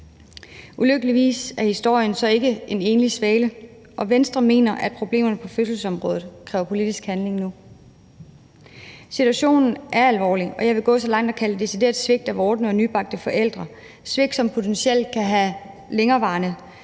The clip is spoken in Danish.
Ulykkeligvis er historien ikke en enlig svale, og Venstre mener, at problemerne på fødselsområdet kræver politisk handling nu. Situationen er alvorlig, og jeg vil gå så langt som til at kalde det et decideret svigt af vordende og nybagte forældre – et svigt, som potentielt kan have længerevarende